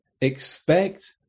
expect